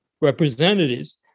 representatives